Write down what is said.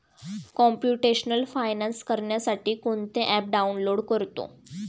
computational finance करण्यासाठी कोणते app download करतो